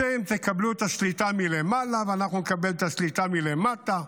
אתם תקבלו את השליטה מלמעלה ואנחנו נקבל את השליטה מלמטה,